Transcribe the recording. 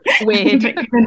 Weird